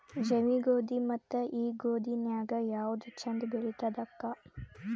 ಜವಿ ಗೋಧಿ ಮತ್ತ ಈ ಗೋಧಿ ನ್ಯಾಗ ಯಾವ್ದು ಛಂದ ಬೆಳಿತದ ಅಕ್ಕಾ?